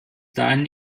dahin